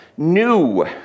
new